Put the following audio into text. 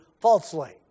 falsely